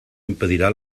impedirà